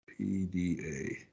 PDA